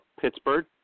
Pittsburgh